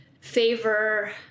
favor